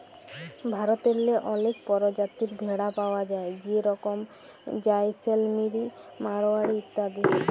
ভারতেল্লে অলেক পরজাতির ভেড়া পাউয়া যায় যেরকম জাইসেলমেরি, মাড়োয়ারি ইত্যাদি